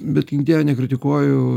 bet bet gink dieve nekritikuoju